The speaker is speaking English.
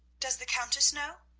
does the countess know?